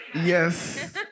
Yes